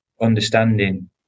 understanding